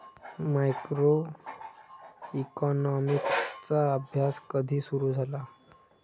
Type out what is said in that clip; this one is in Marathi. मायक्रोइकॉनॉमिक्सचा अभ्यास कधी सुरु झाला?